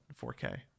4K